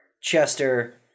Chester